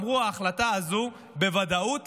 אמרו: ההחלטה הזו בוודאות